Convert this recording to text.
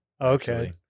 Okay